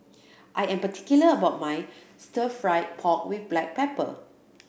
I am particular about my Stir Fried Pork With Black Pepper